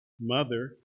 mother